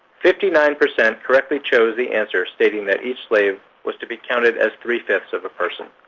fifty nine percent correctly chose the answer, stating that each slave was to be counted as three-fifths of a person.